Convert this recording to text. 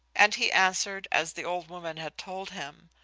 and he answered as the old woman had told him.